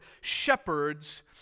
shepherds